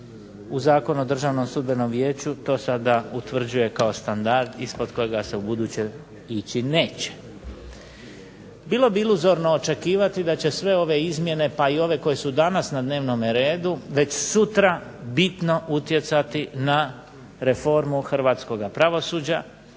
u Zakonu o Državnom sudbenom vijeću, to sada utvrđuje kao standard ispod kojega se ubuduće ići neće. Bilo bi iluzorno očekivati da će sve ove izmjene, pa i ove koje su danas na dnevnome redu već sutra bitno utjecati na reformu hrvatskoga pravosuđa,